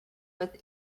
with